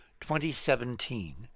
2017